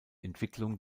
entwicklung